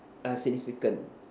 ah significant